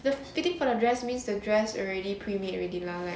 the fitting for the dress means the dress already pre-made already lah like